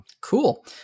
Cool